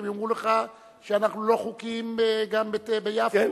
הם יאמרו לך שאנחנו לא חוקיים גם ביפו.